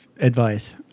advice